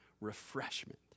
refreshment